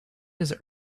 his